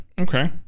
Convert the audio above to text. Okay